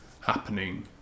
happening